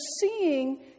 seeing